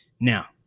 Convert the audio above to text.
Now